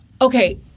Okay